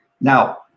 Now